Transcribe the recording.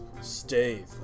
stay